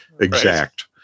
exact